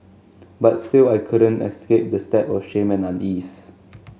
but still I couldn't escape the stab of shame and unease